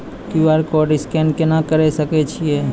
QR code scan केना करै सकय छियै?